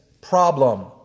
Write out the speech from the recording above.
problem